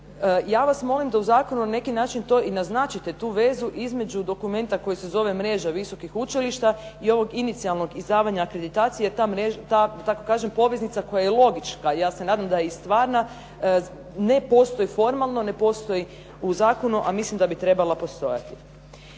Ja vas molim da u zakonu na neki način to i naznačite tu vezu između dokumenta koji se zove mreža visokih učilišta i ovog inicijalnog izdavanja akreditacije jer ta, da tako kažem poveznica koja je logička, ja se nadam da je i stvarna ne postoji formalno, ne postoji u zakonu, a mislim da bi trebala postojati.